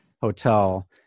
hotel